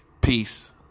Peace